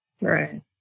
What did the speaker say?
Right